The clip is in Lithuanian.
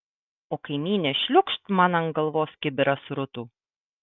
o kaimynė šliūkšt man ant galvos kibirą srutų